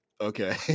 okay